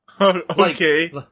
Okay